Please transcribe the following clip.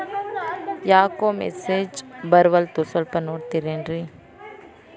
ಯಾಕೊ ಮೆಸೇಜ್ ಬರ್ವಲ್ತು ಸ್ವಲ್ಪ ನೋಡ್ತಿರೇನ್ರಿ?